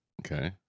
Okay